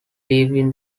leaving